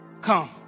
Come